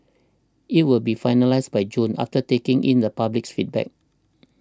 it will be finalised by June after taking in the public's feedback